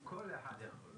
ופה אני מדבר